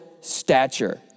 stature